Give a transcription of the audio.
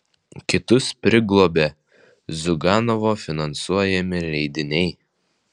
kitus priglobė ziuganovo finansuojami leidiniai